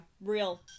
Real